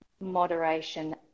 moderation